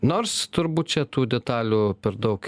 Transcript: nors turbūt čia tų detalių per daug